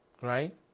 right